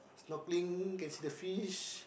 snorkeling can see the fish